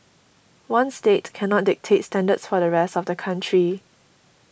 one state can not dictate standards for the rest of the country